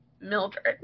Mildred